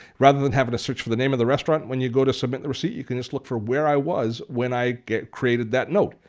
rather than have to search for the name of the restaurant when you go to submit the receipt, you can just look for where i was when i created that note.